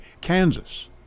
Kansas